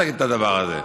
אל תגיד את הדבר הזה.